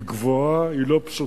היא גבוהה, היא לא פשוטה.